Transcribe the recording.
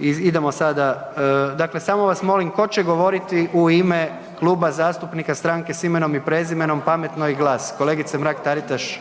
Idemo sada, dakle samo vas molim tko će govoriti u ime Kluba zastupnika Stranke s imenom i prezimenom, Pametno i GLAS? Kolegice Mrak Taritaš